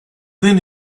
then